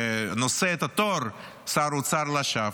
שנושא את התואר "שר אוצר" לשווא,